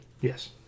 Yes